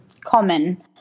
common